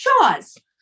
Shaws